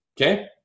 Okay